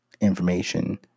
information